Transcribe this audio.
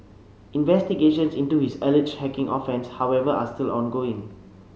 investigations into his alleged hacking offence however are still ongoing